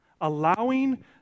Allowing